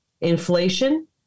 Inflation